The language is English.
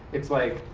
it's like,